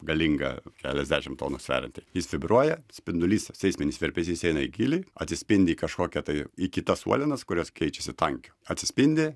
galingą keliasdešim tonų sveriantį jis vibruoja spindulys seisminis virpesys eina į gylį atsispindi į kažkokią tai į kitas uolienas kurios keičiasi tankiu atsispindi